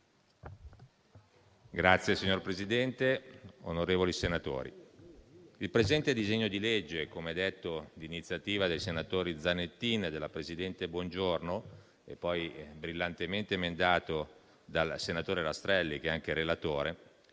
il presente disegno di legge, come detto, d'iniziativa del senatore Zanettin e della presidente Buongiorno, poi brillantemente emendato dal senatore Rastrelli, che ne è anche relatore,